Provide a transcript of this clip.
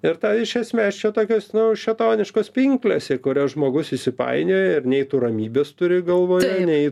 ir tą iš esmės čia tokios nu šėtoniškos pinklės į kurias žmogus įsipainioja ir nei tu ramybės turi galvoje nei